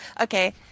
okay